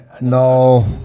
No